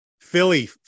Philly